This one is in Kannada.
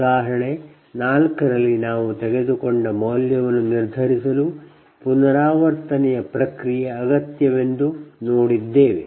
ಉದಾಹರಣೆ 4 ರಲ್ಲಿ ನಾವು ತೆಗೆದುಕೊಂಡ ಮೌಲ್ಯವನ್ನು ನಿರ್ಧರಿಸಲು ಪುನರಾವರ್ತನೆಯ ಪ್ರಕ್ರಿಯೆ ಅಗತ್ಯವೆಂದು ನೋಡಿದ್ದೇವೆ